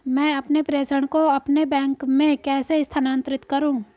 मैं अपने प्रेषण को अपने बैंक में कैसे स्थानांतरित करूँ?